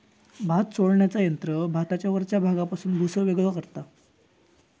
भात सोलण्याचा यंत्र भाताच्या वरच्या भागापासून भुसो वेगळो करता